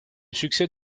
succès